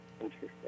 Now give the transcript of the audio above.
Interesting